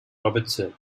robertson